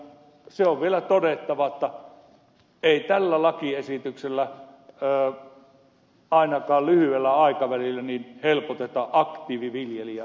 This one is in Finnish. se on vielä todettava jotta ei tällä lakiesityksellä ainakaan lyhyellä aikavälillä helpoteta aktiiviviljelijän asemaa